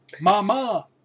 Mama